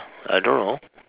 I don't know